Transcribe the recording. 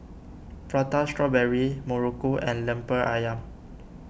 Prata Strawberry Muruku and Lemper Ayam